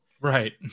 right